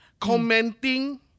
Commenting